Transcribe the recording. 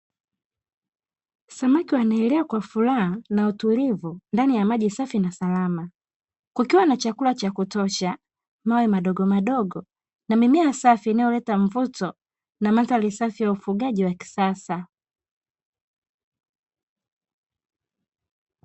Samaki wanaelea kwa furaha na utulivu, ndani ya maji safi na salama .Kukiwa na chakula cha kutosha mawe madogo madogo, na mimea safi inayoleta mvuto na mandhari safi ya ufugaji wa kisasa.